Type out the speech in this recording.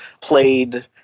played